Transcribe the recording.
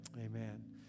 Amen